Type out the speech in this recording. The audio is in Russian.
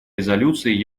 резолюции